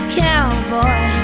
cowboy